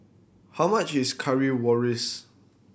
how much is Currywurst